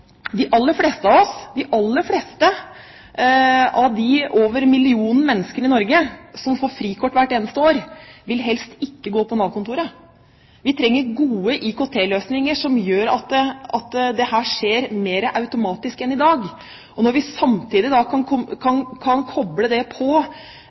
de aller fleste av oss, de aller fleste av de over millionen mennesker i Norge som får frikort hvert eneste år, vil helst ikke gå på Nav-kontoret. Vi trenger gode IKT-løsninger som gjør at dette skjer mer automatisk enn i dag. Når vi samtidig da kan